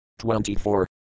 24